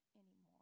anymore